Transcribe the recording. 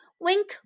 Wink